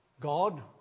God